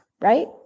right